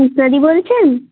শিপ্রাদি বলছেন